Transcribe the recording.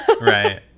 Right